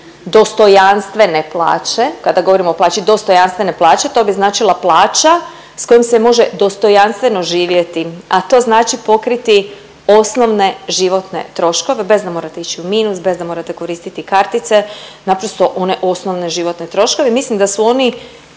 dostojanstvene plaće, kada govorim o plaći dostojanstvene plaće, to bi značila plaća s kojom se može dostojanstveno živjeti, a to znači pokriti osnovne životne troškove, bez da morate ići u minus, bez da morate koristiti kartice naprosto one osnovne životne troškove. Mislim da su oni